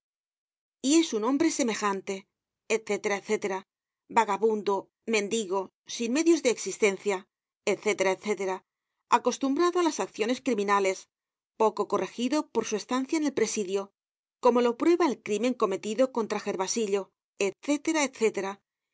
search generated at hombre semejante etc etc vagabundo mendigo sin medios de existencia etc etc acostumbrado á las acciones criminales poco corregido por su estancia en el presidio como lo prueba el crímen cometido contra gervasillo